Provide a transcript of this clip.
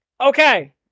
Okay